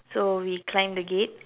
so we climb the gate